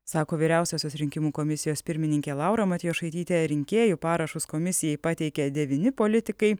sako vyriausiosios rinkimų komisijos pirmininkė laura matjošaitytė rinkėjų parašus komisijai pateikė devyni politikai